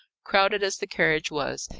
crowded as the carriage was,